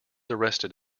arrested